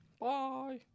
bye